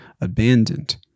abandoned